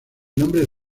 nombre